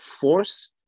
force